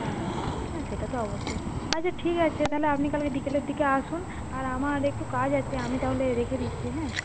হ্যাঁ হ্যাঁ না সেটা তো অবশ্যই আচ্ছা ঠিক আছে তাহলে আপনি কালকে বিকেলের দিকে আসুন আর আমার একটু কাজ আছে আমি তাহলে রেখে দিচ্ছি হ্যাঁ